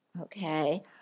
okay